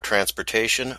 transportation